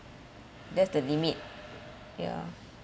that's the limit yeah